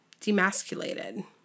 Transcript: demasculated